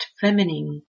feminine